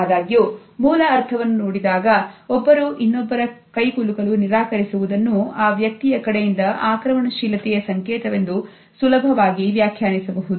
ಆದಾಗ್ಯೂ ಮೂಲ ಅರ್ಥವನ್ನು ನೋಡಿದಾಗ ಒಬ್ಬರು ಇನ್ನೊಬ್ಬರ ಕೈಕುಲುಕಲು ನಿರಾಕರಿಸುವುದನ್ನು ಆ ವ್ಯಕ್ತಿಯ ಕಡೆಯಿಂದ ಆಕ್ರಮಣಶೀಲತೆ ಸಂಕೇತವೆಂದು ಸುಲಭವಾಗಿ ವ್ಯಾಖ್ಯಾನಿಸಬಹುದು